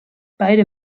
beide